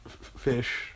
fish